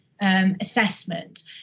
assessment